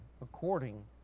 according